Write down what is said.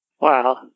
Wow